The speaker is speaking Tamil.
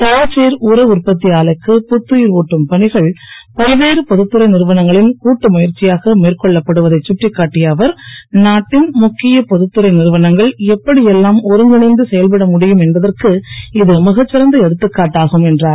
தால்சேர் உர உற்பத்தி ஆலைக்கு புத்துயிர் ஊட்டும் பணிகள் பல்வேறு பொ துத்துறை நிறுவனங்களின் கூட்டு முயற்சியாக மேற்கொள்ளப்படுவதை சுட்டிக் காட்டிய அவர் நாட்டின் முக்கிய பொதுத்துறை நிறுவனங்கள் எப்படி எல்லாம் ஒருங்கிணைந்து செயல்பட முடியும் என்பதற்கு இது மிகச் சிறந்த எடுத்துக் காட்டாகும் என்றார்